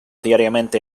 diariamente